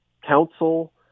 Council